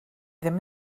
ddim